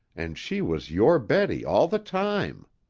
and she was your betty all the time!